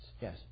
Yes